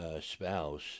spouse